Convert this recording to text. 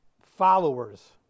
followers